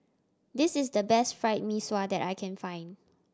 this is the best Fried Mee Sua that I can find